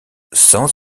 sans